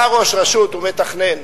בא ראש רשות ומתכנן,